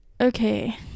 okay